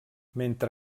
mentre